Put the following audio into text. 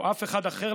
או אף אחד אחר,